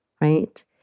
right